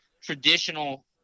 traditional